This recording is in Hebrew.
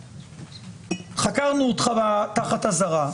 חקרנו אותך תחת אזהרה,